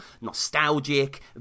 nostalgic